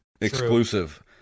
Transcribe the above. exclusive